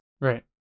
Right